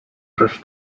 rzecz